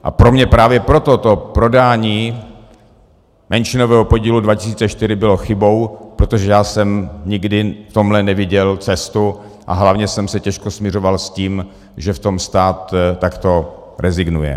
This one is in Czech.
A pro mě právě proto to prodání menšinového podílu 2004 bylo chybou, protože já jsem nikdy v tomhle neviděl cestu a hlavně jsem se těžko smiřoval s tím, že v tom stát takto rezignuje.